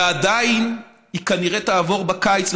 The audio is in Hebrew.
ועדיין היא כנראה תעבור בקיץ,